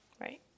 right